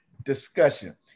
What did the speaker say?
discussion